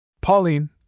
Pauline